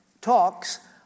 talks